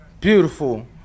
Beautiful